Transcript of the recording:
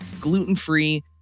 gluten-free